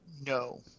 no